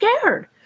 scared